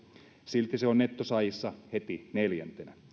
silti se on nettosaajissa heti neljäntenä